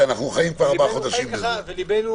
וליבי